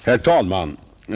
Herr talman!